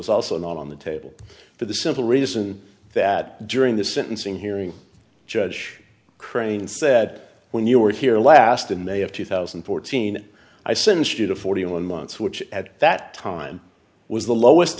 was also not on the table for the simple reason that during the sentencing hearing judge crane said when you were here last in may of two thousand and fourteen i sensed you to forty one months which at that time was the lowest